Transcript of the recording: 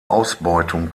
ausbeutung